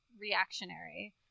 reactionary